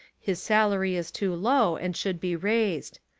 his salary is too low and should be raised.